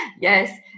yes